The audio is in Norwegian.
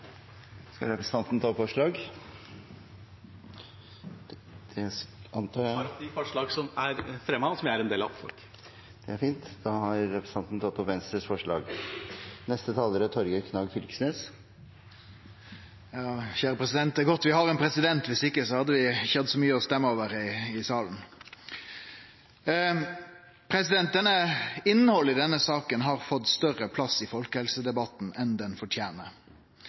representanten skal ta opp forslag. Jeg tar opp de forslag som er fremmet og som vi er en del av. Representanten Ketil Kjenseth har tatt opp Venstres forslag. Det er godt vi har ein president, viss ikkje hadde vi ikkje hatt så mykje å stemme over i salen. Innhaldet i denne saka har fått større plass i folkehelsedebatten enn det fortener.